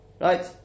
Right